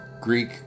greek